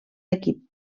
equip